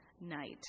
night